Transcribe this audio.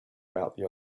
talking